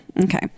Okay